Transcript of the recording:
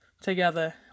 together